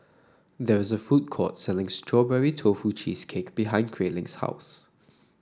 there is a food court selling Strawberry Tofu Cheesecake behind Grayling's house